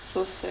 so sad